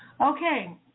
Okay